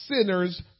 sinners